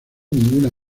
ninguna